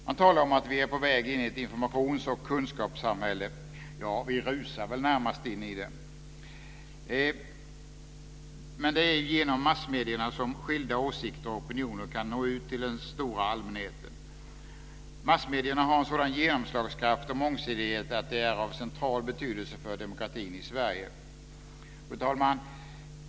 Man talar om att vi är på väg in i ett informations och kunskapssamhälle - ja, vi rusar väl närmast in i det. Men det är genom massmedierna som skilda åsikter och opinioner kan nå ut till den stora allmänheten. Massmedierna har en sådan genomslagskraft och mångsidighet att de är av central betydelse för demokratin i Sverige. Fru talman!